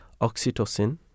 oxytocin